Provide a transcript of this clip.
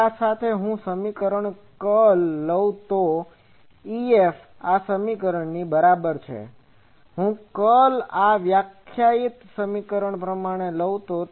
હવે આ સાથે જો હું આ સમીકરણનું કર્લ લઉં તો EF આ સમીકરણની બરાબર છે જો હું curl આ વ્યાખ્યાયિત સમીકરણ પ્રમાણે લઉં તો